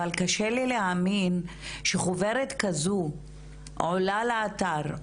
אבל קשה לי להאמין שחוברת כזו עולה לאתר,